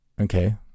Okay